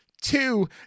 two